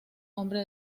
hombre